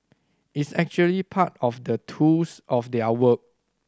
it's actually part of the tools of their work